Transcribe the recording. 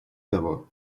того